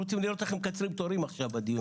אנחנו רוצים לראות איך מקצרים תורים עכשיו בדיון הזה.